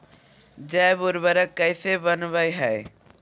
जैव उर्वरक कैसे वनवय हैय?